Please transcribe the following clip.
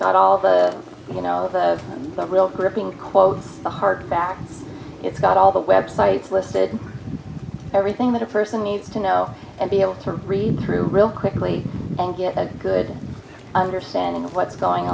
got all the you know some real gripping quotes hark back it's got all the web sites listed everything that a person needs to know and be able to read through real quickly and get a good understanding of what's going